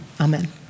Amen